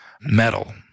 metal